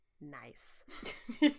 nice